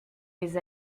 les